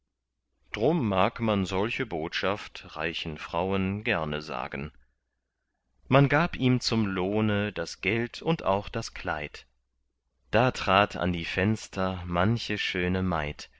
drum mag man solche botschaft reichen frauen gerne sagen man gab ihm zum lohne das geld und auch das kleid da trat an die fenster manche schöne maid